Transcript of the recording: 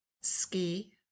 ski